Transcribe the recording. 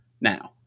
now